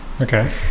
Okay